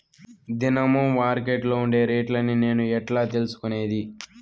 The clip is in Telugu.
దినము మార్కెట్లో ఉండే రేట్లని నేను ఎట్లా తెలుసుకునేది?